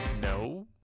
No